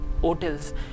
hotels